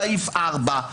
סעיף 4,